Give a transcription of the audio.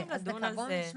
כן אפשר לומר: